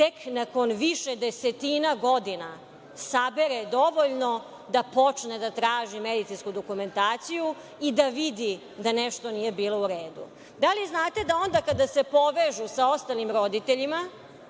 tek nakon više desetina godina sabere dovoljno da počne da traži medicinsku dokumentaciju i da vidi da nešto nije bilo u redu. Da li znate da onda kada se povežu sa ostalim roditeljima